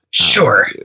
Sure